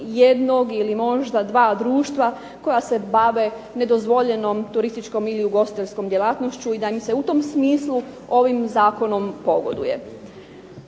jednog ili dva društva koja se bave nedozvoljenom turističkom ili ugostiteljskom djelatnošću i da im se u tom smislu ovim Zakonom pogoduje.